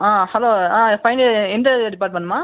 ஆ hello ஃபைனி எந்த டிப்பார்ட்மெண்ட்ம்மா